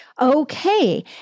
Okay